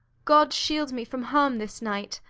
god shield me from harm this night!